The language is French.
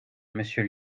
monsieur